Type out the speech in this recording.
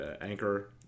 Anchor